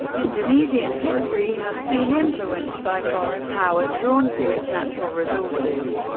indonesian history has been influenced by foreign powers drawn to its natural resources.